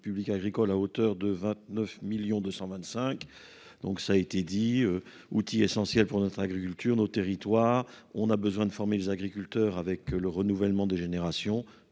agricoles à hauteur de 29 millions 200 25, donc ça a été dit, outil essentiel pour notre agriculture nos territoires, on a besoin de former les agriculteurs avec le renouvellement des générations